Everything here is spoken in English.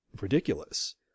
ridiculous